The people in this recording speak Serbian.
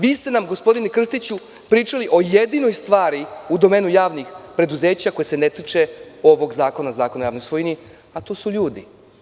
Vi ste nam, gospodine Krstiću, pričali o jedinoj stvari u domenu javnih preduzeća koja se ne tiče ovog zakona, Zakona o javnoj svojini, a to su ljudi.